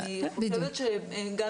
אני חושבת שאנחנו בדיוק בזמן הזה.